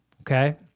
okay